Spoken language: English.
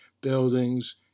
buildings